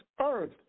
earth